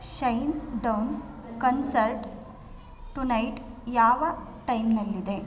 Shinedown concert tonight ಯಾವ ಟೈಮ್ನಲ್ಲಿದೆ